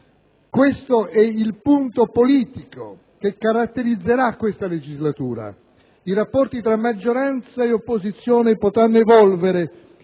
questo è il punto politico che caratterizzerà questa legislatura: i rapporti tra maggioranza e opposizione potranno evolvere